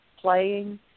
playing